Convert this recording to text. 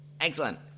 Excellent